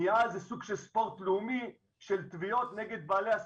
נהיה איזה סוג של ספורט לאומי של תביעות נגד בעלי עסקים.